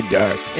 dark